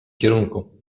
kierunku